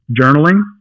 journaling